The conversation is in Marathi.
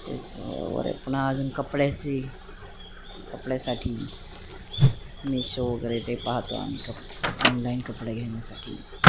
तेच वरे पुन्हा अजून कपड्याचे कपड्यासाठी मिशो वगैरे ते पाहतो आम्ही कप ऑनलाईन कपडे घेण्यासाठी